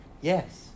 Yes